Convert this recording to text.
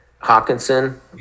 Hawkinson